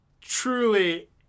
Truly